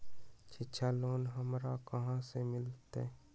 शिक्षा लोन हमरा कहाँ से मिलतै?